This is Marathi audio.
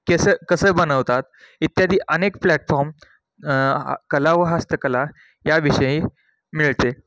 कसं कसं बनवतात इत्यादी अनेक प्लॅटफॉम कला व हस्तकला या विषयी मिळते